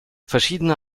verschiedene